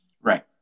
Right